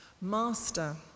master